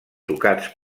tocats